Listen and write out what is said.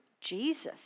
Jesus